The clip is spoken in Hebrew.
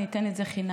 אני אתן את זה חינמי.